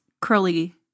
curly